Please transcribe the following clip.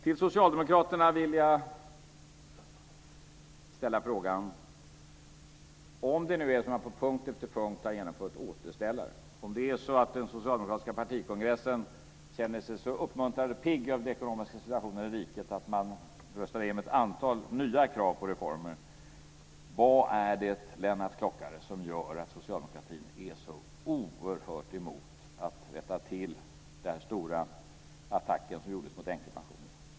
Till Socialdemokraterna vill jag ställa frågan: Om det nu är så att man på punkt efter punkt har genomfört återställare, om den socialdemokratiska partikongressen kände sig så uppmuntrad och pigg av den ekonomiska situationen i riket att man röstade igenom ett antal nya krav på reformer, vad är det då som gör att socialdemokratin är så oerhört emot att rätta till den här stora attacken som gjordes mot änkepensionerna?